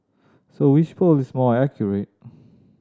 so which poll is more accurate